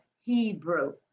hebrew